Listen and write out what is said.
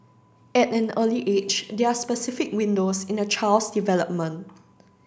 at an early age there are specific windows in a child's development